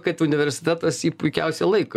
kad universitetas jį puikiausia laiko